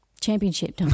Championship